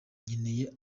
nkeneye